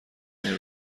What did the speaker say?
این